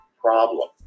problem